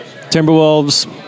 Timberwolves